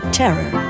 terror